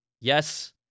Yes